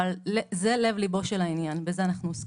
אבל זה לב ליבו של העניין ובזה אנחנו עוסקים.